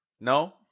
No